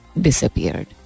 ...disappeared